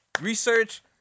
Research